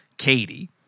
Katie